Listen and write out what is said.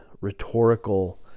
rhetorical